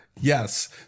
Yes